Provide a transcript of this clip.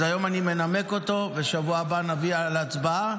אז היום אני מנמק אותו, ובשבוע הבא נביא להצבעה.